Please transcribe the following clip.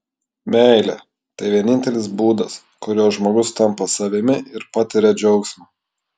meilė tai vienintelis būdas kuriuo žmogus tampa savimi ir patiria džiaugsmą